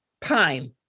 Pine